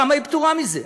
למה היא פטורה מזה?